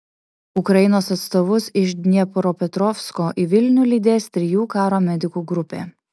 ukrainos atstovus iš dniepropetrovsko į vilnių lydės trijų karo medikų grupė